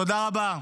תודה רבה.